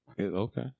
okay